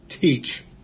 teach